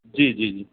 जी जी जी